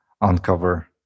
uncover